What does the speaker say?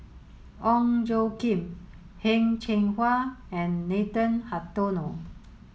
Ong Tjoe Kim Heng Cheng Hwa and Nathan Hartono